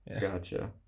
Gotcha